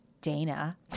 Dana